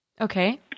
Okay